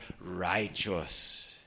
righteous